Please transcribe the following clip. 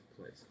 place